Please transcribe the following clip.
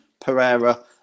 Pereira